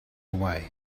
away